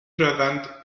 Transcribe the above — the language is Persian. روند